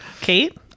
Kate